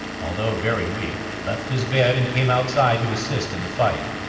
although very weak, left his bed and came outside to assist in the fight.